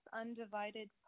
Undivided